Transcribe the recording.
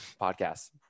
podcast